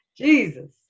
Jesus